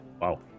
Wow